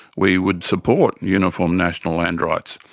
we would support uniform national land rights.